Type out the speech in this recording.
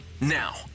Now